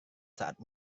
saat